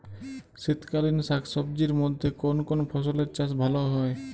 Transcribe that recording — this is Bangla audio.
শীতকালীন শাকসবজির মধ্যে কোন কোন ফসলের চাষ ভালো হয়?